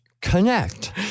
connect